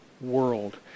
world